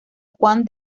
juan